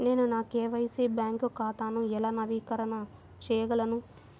నేను నా KYC bank ఖాతాను ఎలా నవీకరణ చేయగలను?